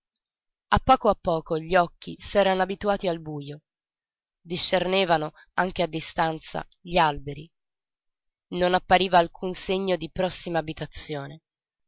poco a poco gli occhi s'erano abituati al bujo discernevano anche a distanza gli alberi non appariva alcun segno di prossima abitazione